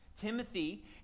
Timothy